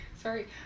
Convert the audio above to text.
sorry